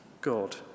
God